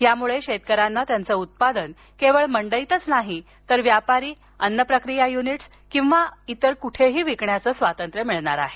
यामुळे शेतकऱ्यांना त्यांचं उत्पादन केवळ मंडईतच नाही तर व्यापारी अन्न प्रक्रिया युनिट्स किंवा इतर कोठेही विकण्याचं स्वातंत्र्य मिळालं आहे